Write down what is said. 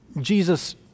Jesus